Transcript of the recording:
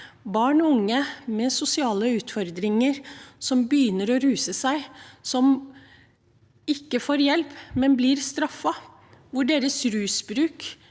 barn og unge som har sosiale utfordringer og begynner å ruse seg, ikke får hjelp, men blir straffet. Deres rusbruk